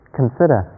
consider